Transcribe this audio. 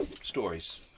stories